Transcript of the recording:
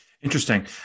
Interesting